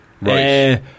right